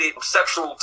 sexual